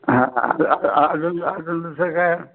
हा अजून अजून दुसरं काय